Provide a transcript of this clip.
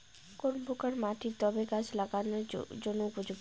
কোন প্রকার মাটি টবে গাছ লাগানোর জন্য উপযুক্ত?